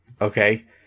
Okay